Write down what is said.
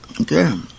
Okay